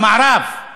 במערב,